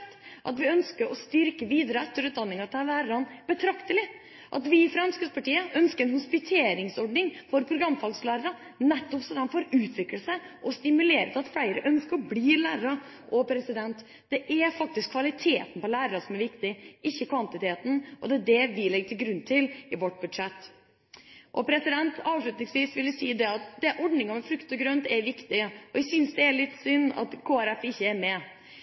betraktelig. Vi i Fremskrittspartiet ønsker en hospiteringsordning for programfagslærere, så de får utviklet seg, og å stimulere til at flere ønsker å bli lærere. Det er kvaliteten på lærerne som er viktig, ikke kvantiteten, og det er det vi legger til grunn i vårt budsjett. Avslutning vil jeg si at ordningen med frukt og grønt er viktig, og jeg synes det er litt synd at Kristelig Folkeparti ikke er med.